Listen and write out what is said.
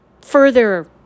further